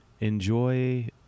enjoy